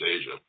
Asia